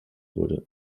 wurde